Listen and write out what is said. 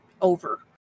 over